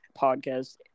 podcast